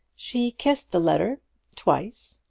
she kissed the letter twice,